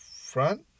front